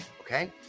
okay